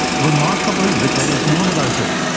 remarkably little is known about it.